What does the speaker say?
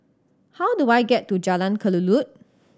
how do I get to Jalan Kelulut